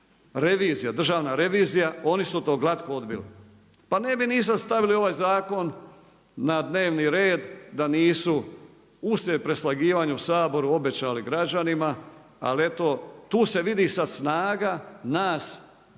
revizija, državna revizija, oni su to glatko odbili. Pa ne bi ni sada stavili ovaj zakon na dnevni red da nisu uslijed preslagivanja u Saboru obećali građanima ali eto tu se vidi sada snaga nas,